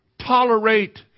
Tolerate